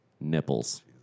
nipples